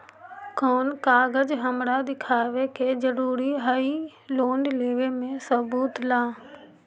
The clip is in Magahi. कौन कागज हमरा दिखावे के जरूरी हई लोन लेवे में सबूत ला?